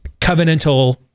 covenantal